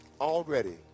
already